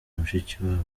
mushikiwabo